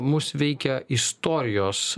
mus veikia istorijos